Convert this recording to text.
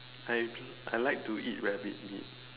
I I like to eat rabbit meat